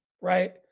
right